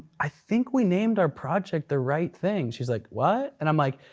i think we named our project the right thing. she's like, what? and i'm like,